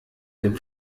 dem